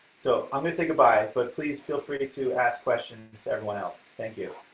so i'm gonna say goodbye but please feel free to to ask questions to everyone else. thank you.